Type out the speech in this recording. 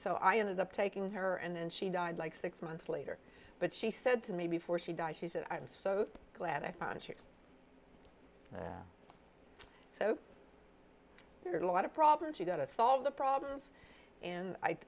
so i ended up taking her and she died like six months later but she said to me before she died he said i'm so glad i found you so there's a lot of problems you got to solve the problems and i